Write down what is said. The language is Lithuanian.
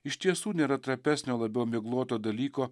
iš tiesų nėra trapesnio labiau migloto dalyko